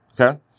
okay